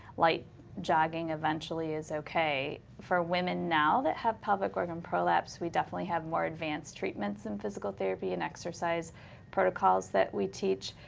light jogging eventually is okay. for women now that have pelvic organ prolapse, we definitely have more advanced treatments in physical therapy and exercise protocols that we teach,